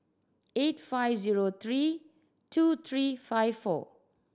eight five zero three two three five four